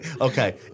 Okay